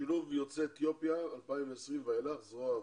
שילוב יוצאי אתיופיה 2020 ואילך, זרוע העבודה.